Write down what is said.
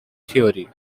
theory